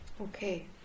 Okay